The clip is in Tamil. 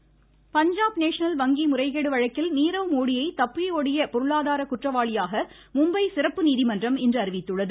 நீரவ் மோடி பஞ்சாப் நேஷனல் வங்கி முறைகேடு வழக்கில் நீரவ் மோடியை தப்பிஒடிய பொருளாதார குற்றவாளியாக மும்பை சிறப்பு நீதிமன்றம் இன்று அறிவித்துள்ளது